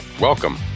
welcome